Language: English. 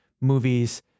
movies